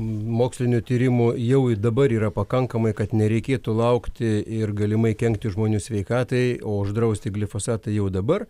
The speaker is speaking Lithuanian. mokslinių tyrimų jau dabar yra pakankamai kad nereikėtų laukti ir galimai kenkti žmonių sveikatai o uždrausti glifosatą jau dabar